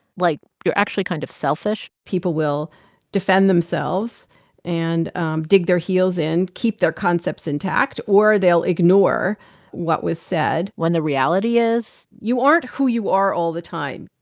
like you're actually kind of selfish. people will defend themselves and dig their heels in, keep their concepts intact. or they'll ignore what was said when the reality is. you aren't who you are all the time.